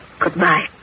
Goodbye